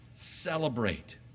celebrate